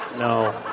No